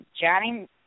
Johnny